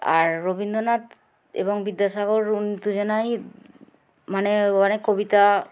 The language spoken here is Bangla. আর রবীন্দ্রনাথ এবং বিদ্যাসাগর ওরা দুজনাই মানে অনেক কবিতা